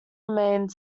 remained